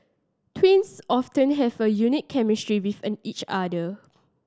twins often have a unique chemistry with each other